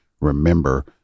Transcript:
remember